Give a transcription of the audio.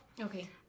okay